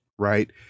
Right